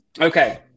Okay